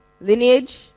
lineage